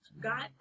God